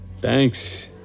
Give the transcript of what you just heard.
Thanks